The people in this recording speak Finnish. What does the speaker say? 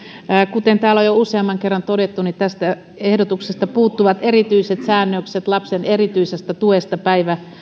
kuten täällä on jo useamman kerran todettu tästä ehdotuksesta puuttuvat erityiset säännökset lapsen erityisestä tuesta päivähoidossa